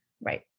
Right